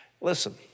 Listen